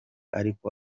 ariko